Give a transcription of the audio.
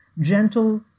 Gentle